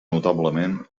notablement